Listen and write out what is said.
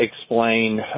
explain